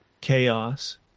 chaos